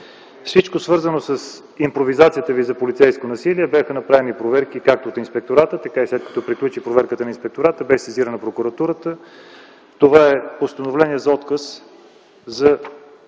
всичко, свързано с импровизацията Ви за полицейско насилие, бяха направени проверки, както от Инспектората. И след като приключи проверката на Инспектората беше сезирана Прокуратурата. Това е Постановление за отказ за